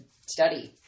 study